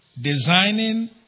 designing